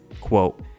quote